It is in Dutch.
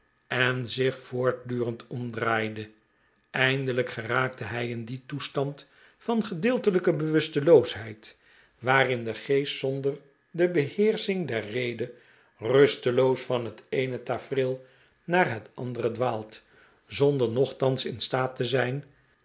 en zich voortdurend omdraaide eindelijk geraakte hij in dien toestand van gedeeltelijke bewusteloosheid waarin de geest zonder de beheersching der rede rusteloos van het eene tafereel naar het andere dwaalt zonder nochtans in staat te zijn